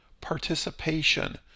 participation